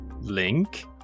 Link